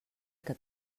que